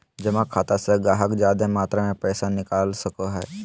जमा खाता से गाहक जादे मात्रा मे पैसा निकाल सको हय